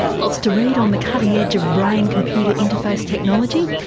lots to read on the cutting edge of brain computer interface technology.